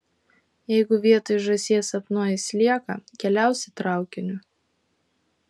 jeigu vietoj žąsies sapnuoji slieką keliausi traukiniu